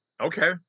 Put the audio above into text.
Okay